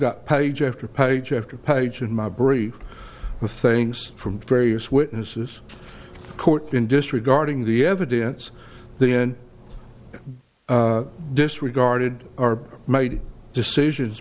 got page after page after page in my brief with things from various witnesses court in disregarding the evidence then disregarded are made decisions